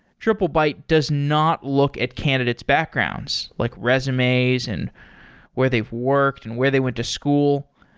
triplebyte does not look at candidate's backgrounds, like resumes and where they've worked and where they went to school.